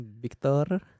Victor